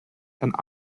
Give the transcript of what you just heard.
and